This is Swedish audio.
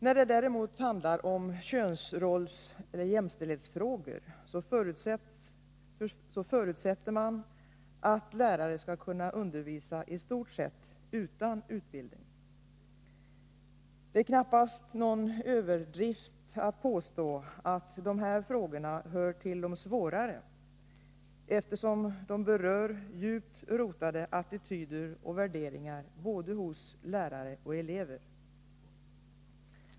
När det däremot handlar om könsrolls-/jämställdhetsfrågor förutsätter man att lärare skall kunna undervisa i stort sett utan utbildning. Det är knappast någon överdrift att påstå att de här frågorna hör till de svårare, eftersom de berör djupt rotade attityder och värderingar både hos lärare och elever.